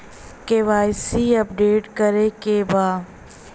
KYC update करे के बा?